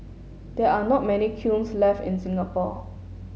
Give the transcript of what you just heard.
there are not many kilns left in Singapore